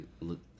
look